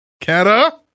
Kata